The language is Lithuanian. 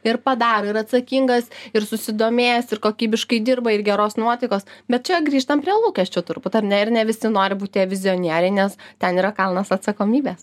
ir padaro ir atsakingas ir susidomėjęs ir kokybiškai dirba ir geros nuotaikos bet čia grįžtam prie lūkesčių turbūt ar ne ir ne visi nori būt tie vizionieriai nes ten yra kalnas atsakomybės